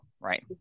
right